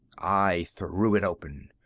i threw it open.